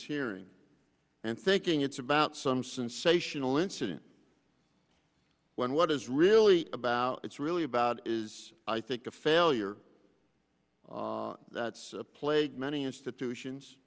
hearing and thinking it's about some sensational incident when what is really about it's really about is i think a failure that's plagued many institutions